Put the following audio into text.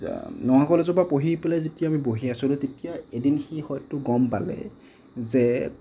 নগাঁও কলেজৰ পৰা পঢ়ি পেলাই যেতিয়া আমি বহি আছিলোঁ তেতিয়া এদিন সি হয়তো গম পালে যে